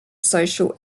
social